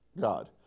God